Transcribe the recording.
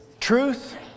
Truth